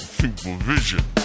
supervision